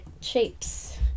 Shapes